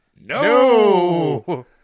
No